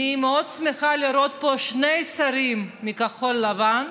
אני מאוד שמחה לראות פה שני שרים מכחול לבן,